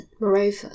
moreover